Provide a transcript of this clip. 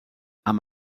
amb